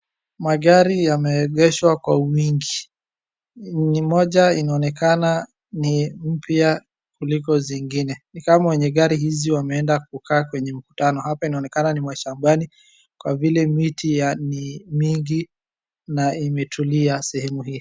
Magari yameegeshwa kwa wingi. Ni moja inaonekana ni mpya kuliko zingine. Nikama wenye gari hizi wameenda kukaa kwenye mkutano. Hapa inaoneka nni mashambani kwa vile miti ni minigi na imetulia sehemu hii.